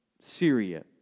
Syria